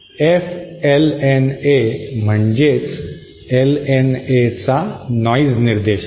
F LNA म्हणजे LNA चा noise निर्देशांक